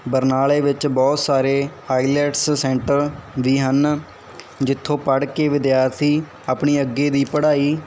ਬਰਨਾਲੇ ਵਿੱਚ ਬਹੁਤ ਸਾਰੇ ਆਈਲੈਟਸ ਸੈਂਟਰ ਵੀ ਹਨ ਜਿੱਥੋਂ ਪੜ੍ਹ ਕੇ ਵਿਦਿਆਰਥੀ ਆਪਣੀ ਅੱਗੇ ਦੀ ਪੜ੍ਹਾਈ